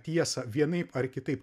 tiesą vienaip ar kitaip